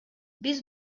биз